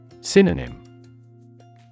Synonym